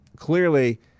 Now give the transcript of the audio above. Clearly